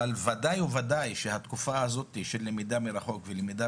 אבל ודאי ובוודאי שהתקופה הזאת של למידה מרחוק ולמידה